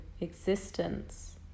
existence